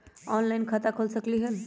Online खाता खोल सकलीह?